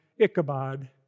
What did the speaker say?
Ichabod